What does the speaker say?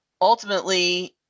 ultimately